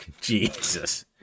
Jesus